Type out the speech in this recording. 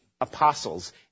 apostles